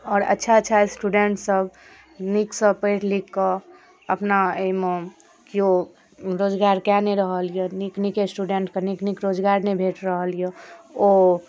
आओर अच्छा अच्छा स्टुडेन्ट सभ नीकसँ पढ़ि लिख कऽ अपना एहिमे केओ रोजगार कै नहि रहल यऽ नीक नीक स्टुडेन्ट कऽ नीक नीक रोजगार नहि भेट रहल यऽ ओ